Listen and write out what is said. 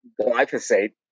glyphosate